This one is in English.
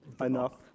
enough